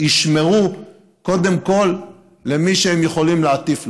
ישמרו קודם כול למי שהם יכולים להטיף לו,